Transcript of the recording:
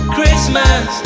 Christmas